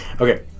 okay